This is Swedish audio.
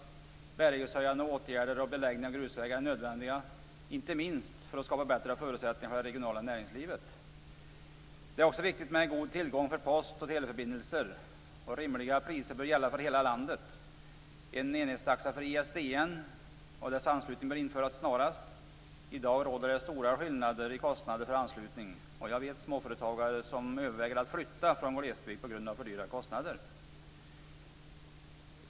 Bärighetshöjande åtgärder och beläggning av grusvägar är nödvändiga, inte minst för att skapa bättre förutsättningar för det regionala näringslivet. Det är också viktigt med en god tillgång för post och teleförbindelser. Rimliga priser bör gälla för hela landet. En enhetstaxa för ISDN och dess anslutning bör införas snarast. I dag råder stora skillnader i kostnader för anslutning och jag vet småföretagare som överväger att flytta från glesbygden på grund av för dyra kostnader.